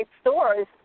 stores